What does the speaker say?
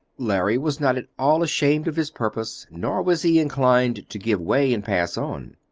larry was not at all ashamed of his purpose, nor was he inclined to give way and pass on.